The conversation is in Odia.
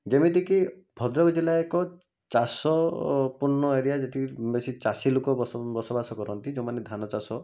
ଯେମିତିକି ଭଦ୍ରକ ଜିଲ୍ଲା ଏକ ଚାଷ ପୂର୍ଣ୍ଣ ଏରିଆ ଯେତିକି ବେଶୀ ଚାଷୀ ଲୋକ ବସବାସ କରନ୍ତି ଯେଉଁମାନେ ଧାନ ଚାଷ